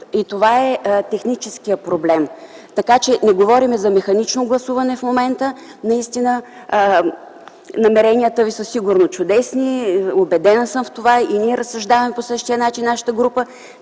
и това е техническият проблем. Така че не говорим за механично гласуване в момента. Наистина намеренията ви са сигурно чудесни, убедена съм в това, и ние разсъждаваме по същия начин в нашата група,